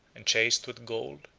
enchased with gold,